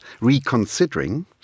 reconsidering